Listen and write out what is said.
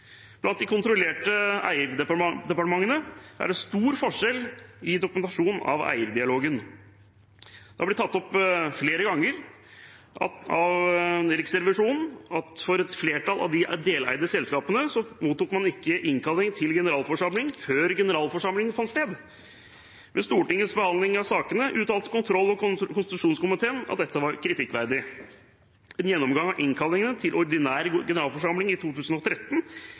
Blant de kontrollerte eierdepartementene er det stor forskjell i dokumentasjonen av eierdialogen. Det har blitt tatt opp flere ganger av Riksrevisjonen at for et flertall av de deleide selskapene, mottok man ikke innkalling til generalforsamling før generalforsamlingen fant sted. Ved Stortingets behandling av sakene uttalte kontroll- og konstitusjonskomiteen at dette var kritikkverdig. En gjennomgang av innkallingene til ordinær generalforsamling i 2013